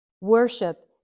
Worship